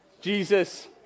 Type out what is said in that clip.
Jesus